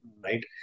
right